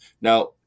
Now